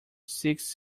six